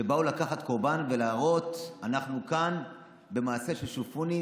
שבאו לקחת קורבן ולהראות: אנחנו כאן במעשה של שופוני,